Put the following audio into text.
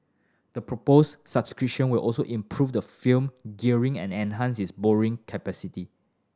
the proposed subscription will also improve the firm gearing and enhance its borrowing capacity